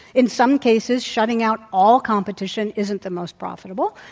in some cases, shutting out all competition isn't the most profitable,